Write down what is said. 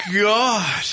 God